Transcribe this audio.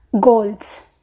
goals